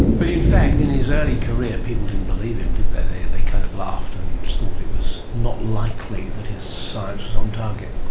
but in fact in his early career people didn't believe him, did they, they they kind of laughed and thought it was not likely that his science was on target.